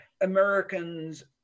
Americans